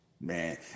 Man